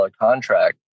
contract